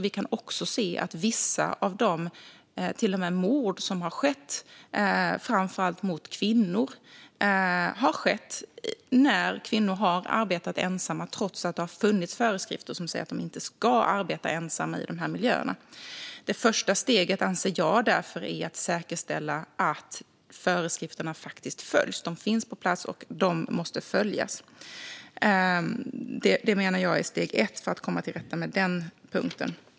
Vi kan se att vissa av de våldsdåd, till och med mord, som har skett har skett när kvinnor har arbetat ensamma trots att det har funnits föreskrifter om att de inte ska arbeta ensamma i dessa miljöer. Det första steget anser jag därför är att säkerställa att föreskrifterna faktiskt följs. De finns på plats och måste följas. Detta menar jag är steg ett för att komma till rätta med den punkten.